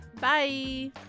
Bye